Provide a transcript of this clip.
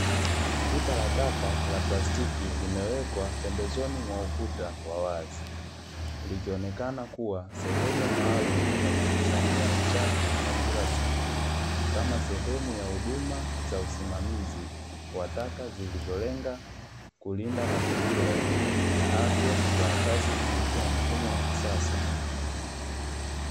Pipa la taka la plastiki limewekwa pembezoni mwa ukuta wa wazi, likionekana kuwa sehemu maalumu ya kukusanyia uchafu wa kila siku kama sehemu ya huduma za usamamizi wa taka, zilizolenga kulinda mazingira na afya za wakazi kupitia mfumo wa kisasa.